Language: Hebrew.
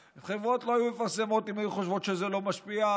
חברות לא היו מפרסמות אם היו חושבות שזה לא משפיע,